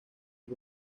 los